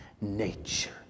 nature